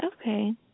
Okay